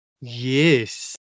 Yes